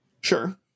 sure